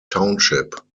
township